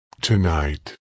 tonight